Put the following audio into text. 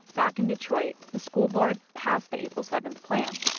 back in detroit, the school board passed the april seven plan.